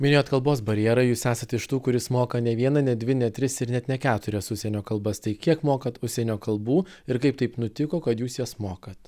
minėjot kalbos barjerą jūs esat iš tų kuris moka ne vieną ne dvi ne tris ir net ne keturias užsienio kalbas tai kiek mokat užsienio kalbų ir kaip taip nutiko kad jūs jas mokat